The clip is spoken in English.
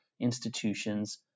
institutions